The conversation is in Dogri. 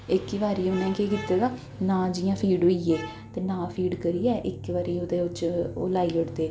एह्की बारी उ'नें केह् कीते दा नांऽ जि'यां फीड होई गे ते नांऽ फीड करियै इक बारी ओह्दे च ओह् लाई ओड़दे